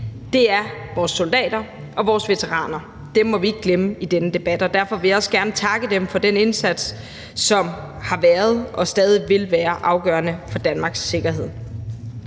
Det er vores soldater og vores veteraner. Dem må vi ikke glemme i denne debat. Derfor vil jeg også gerne takke dem for den indsats, som har været og stadig vil være afgørende for Danmarks sikkerhed.